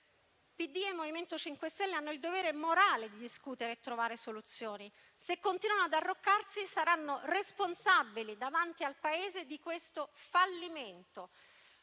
e il MoVimento 5 Stelle hanno il dovere morale di discutere e trovare soluzioni: se continueranno ad arroccarsi, saranno responsabili davanti al Paese di questo fallimento.